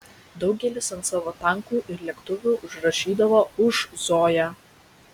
daugelis ant savo tankų ir lėktuvų užrašydavo už zoją